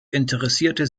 interessierte